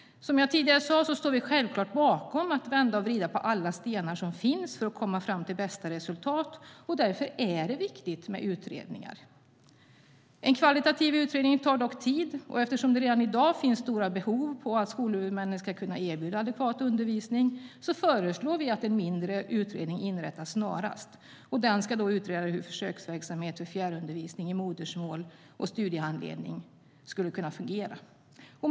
Som jag sa tidigare står vi självklart bakom att vända och vrida på alla stenar som finns för att komma fram till bästa resultat. Därför är det viktigt med utredningar. Fru talman!